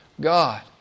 God